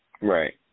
Right